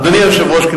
אדוני היושב-ראש,